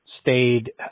stayed